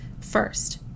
First